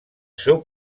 seu